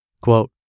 Quote